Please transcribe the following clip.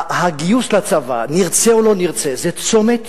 הגיוס לצבא, נרצה או לא נרצה, זה צומת